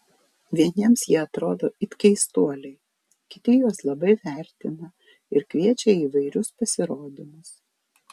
vieniems jie atrodo it keistuoliai kiti juos labai vertina ir kviečia į įvairius pasirodymus